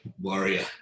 warrior